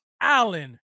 Allen